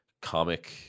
comic